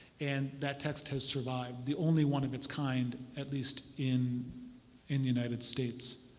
and that text has survived, the only one of its kind at least in in the united states.